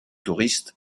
touristes